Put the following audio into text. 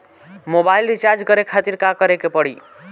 Mobile recharge करे खातिर का करे के पड़ी?